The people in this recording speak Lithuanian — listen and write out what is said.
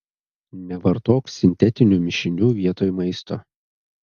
nevartok sintetinių mišinių vietoj maisto